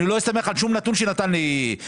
אני לא סומך על שום נתון שנתן לי היבואן,